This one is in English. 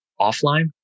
offline